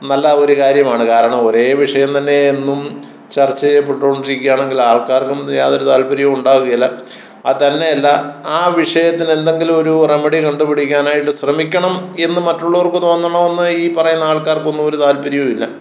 നല്ല ഒരു കാര്യമാണ് കാരണം ഒരേ വിഷയം തന്നെ എന്നും ചർച്ച ചെയ്യപ്പെട്ടുകൊണ്ടിരിക്കുകയാണെങ്കിൽ ആൾക്കാർക്കൊന്നും യാതൊരു താൽപ്പര്യം ഉണ്ടാകുകേല അതുതന്നെയല്ല ആ വിഷയത്തിന് എന്തെങ്കിലും ഒരു റെമഡി കണ്ട് പിടിക്കാനായിട്ട് ശ്രമിക്കണം എന്ന് മറ്റുള്ളവർക്ക് തോന്നണം എന്ന് ഈ പറയുന്ന ആൾക്കാകർക്കൊന്നും ഒരു താൽപ്പര്യവും ഇല്ല